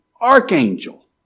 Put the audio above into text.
Archangel